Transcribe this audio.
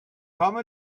come